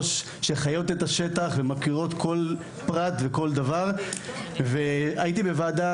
שחיות את השטח ומכירות כל פרט וכל דבר והייתי בוועדה